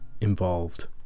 involved